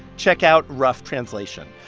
check out rough translation.